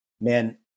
man